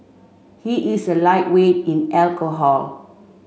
he is a lightweight in alcohol